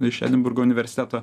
iš edinburgo universiteto